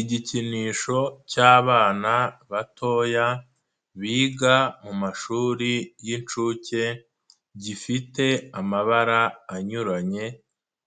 Igikinisho cy'abana batoya biga mu mashuri y'inshuke, gifite amabara anyuranye,